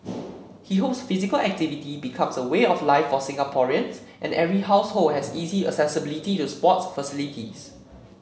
he hopes physical activity becomes a way of life for Singaporeans and every household has easy accessibility to sports facilities